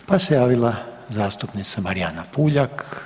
Pa se javila zastupnica Marija Puljak.